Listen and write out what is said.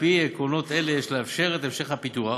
על-פי עקרונות אלה יש לאפשר את המשך הפיתוח